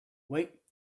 wait